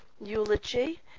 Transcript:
eulogy